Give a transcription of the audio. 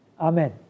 Amen